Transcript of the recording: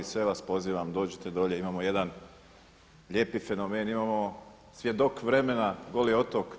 Sve vas pozivam dođite dolje, imamo jedan lijepi fenomen, imamo svjedok vremena Goli otok.